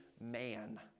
man